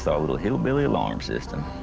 so a little hillbilly alarm system.